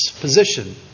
position